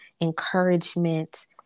encouragement